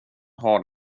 har